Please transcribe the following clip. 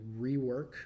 rework